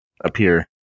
appear